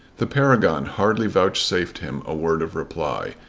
the paragon hardly vouchsafed him a word of reply,